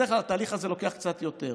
בדרך כלל התהליך הזה לוקח קצת יותר,